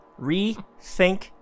Rethink